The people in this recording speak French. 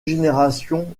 génération